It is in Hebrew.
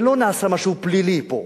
ולא נעשה משהו פלילי פה,